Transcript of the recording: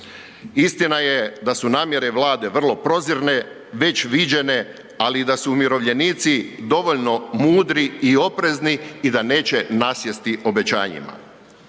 Istina je da su namjere Vlade vrlo prozirne, već viđene, ali i da su umirovljenici dovoljno mudri i oprezni i da neće nasjesti obećanjima.